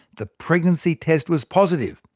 the pregnancy test was positive.